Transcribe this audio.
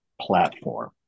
platform